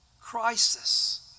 crisis